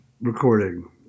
recording